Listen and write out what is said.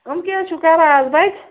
یِم کیٛاہ حظ چھِو کَران اَز بچہٕ